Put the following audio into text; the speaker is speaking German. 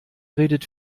redet